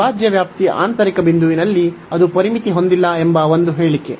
ಅವಿಭಾಜ್ಯ ವ್ಯಾಪ್ತಿಯ ಆಂತರಿಕ ಬಿಂದುವಿನಲ್ಲಿ ಅದು ಪರಿಮಿತಿ ಹೊಂದಿಲ್ಲ ಎಂಬ ಒಂದು ಹೇಳಿಕೆ